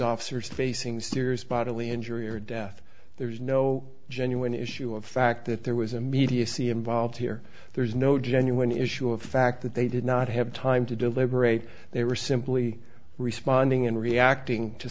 officers facing serious bodily injury or death there's no genuine issue of fact that there was a media sea involved here there's no genuine issue of fact that they did not have time to deliberate they were simply responding and reacting to